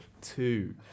two